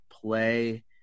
play